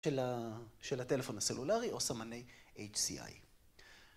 ‫של הטלפון הסלולרי או סמני HCI.